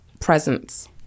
presence